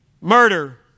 murder